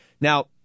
Now